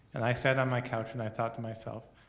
and i sat on my couch and i thought to myself,